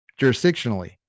jurisdictionally